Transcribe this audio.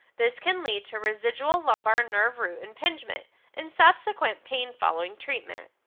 this can lead to residual lumbar nerve root impingement and subsequent pain following treatment.